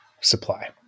supply